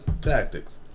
tactics